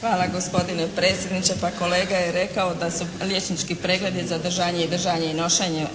Hvala gospodine predsjedniče. Pa kolega je rekao da su liječnički pregledi za držanje i držanje i nošenje